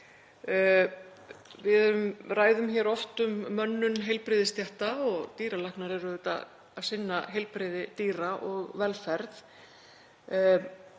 Við ræðum hér oft um mönnun heilbrigðisstétta og dýralæknar eru auðvitað að sinna heilbrigði dýra og velferð.